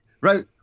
right